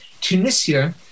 Tunisia